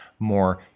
More